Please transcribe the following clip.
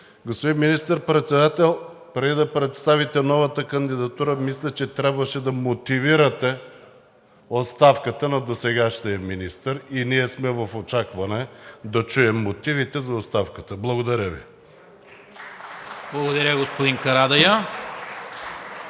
Господин Министър-председател, преди да представите новата кандидатура, мисля, че трябваше да мотивирате оставката на досегашния министър и ние сме в очакване да чуем мотивите за оставката. Благодаря Ви. (Ръкопляскания